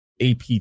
AP